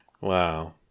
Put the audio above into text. Wow